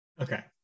okay